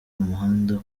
umuhanda